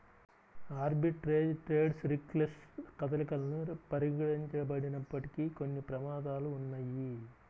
arbitrage trades riskless కదలికలను పరిగణించబడినప్పటికీ, కొన్ని ప్రమాదాలు ఉన్నయ్యి